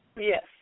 Yes